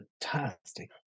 fantastic